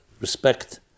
respect